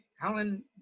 Helen